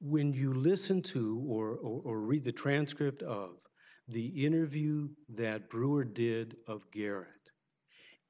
when you listen to war or read the transcript of the interview that brewer did gear